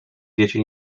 diecie